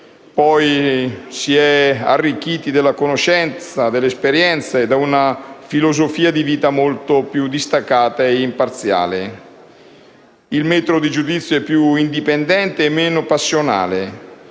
Poi si è arricchiti dalla conoscenza, dall'esperienza e da una filosofia di vita molto più distaccata e imparziale. Il metro di giudizio è più indipendente e meno passionale.